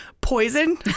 poison